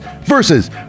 Versus